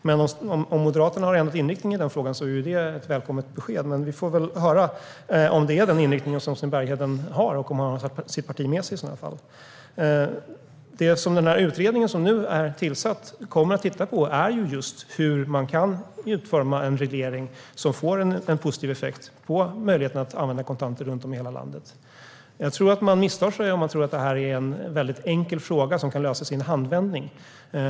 Om nu Moderaterna har ändrat inriktning i den frågan är det ett välkommet besked, men vi får väl höra om det är den inriktningen som Sten Bergheden har och om han i så fall har sitt parti med sig. Det som den utredning som nu är tillsatt kommer att titta på är just hur man kan utforma en reglering som får en positiv effekt på möjligheterna att använda kontanter runt om i hela landet. Jag tror att man misstar sig om man tror att detta är en väldigt enkel fråga som kan lösas i en handvändning.